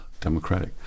democratic